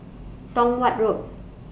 Tong Watt Road